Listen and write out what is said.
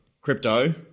crypto